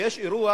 ויש אירוע